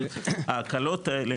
אבל ההקלות האלו